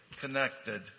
connected